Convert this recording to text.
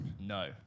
No